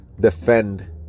defend